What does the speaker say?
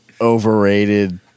Overrated